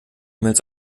mails